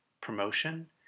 promotion